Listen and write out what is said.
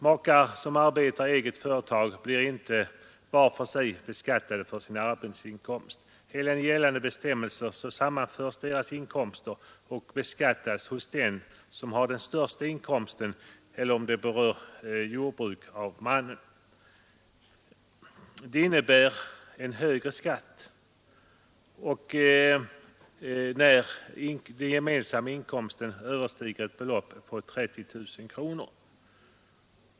Makar som arbetar i eget företag blir inte var för sig beskattade för sina arbetsinkomster. Enligt gällande bestämmelser sammanförs deras inkomster och beskattas hos den som har den största inkomsten eller, om det berör jordbruk, hos mannen. Det innebär högre skatt när den gemensamma inkomsten överstiger ett belopp på 30 000 kronor.